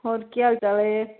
ਹੋਰ ਕੀ ਹਾਲ ਚਾਲ ਹੈ